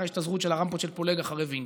ההשתזרות של הרמפות של פולג אחרי וינגייט.